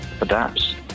adapts